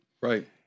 Right